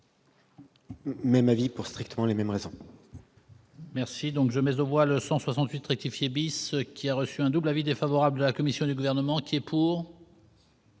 Même avis, pour exactement les mêmes raisons.